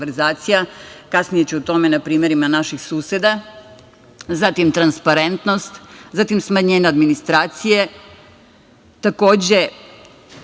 kasnije ću o tome na primerima naših suseda, zatim transparentnost, zatim smanjenje administracije, takođe